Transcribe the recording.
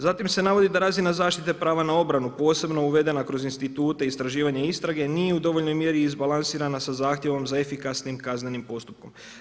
Zatim se navodi da razina zaštite prava na obranu, posebno uvedena kroz institute, istraživanja i istrage nije u dovoljnoj mjeri izbalansirana sa zahtjevom za efikasnim kaznenim postupkom.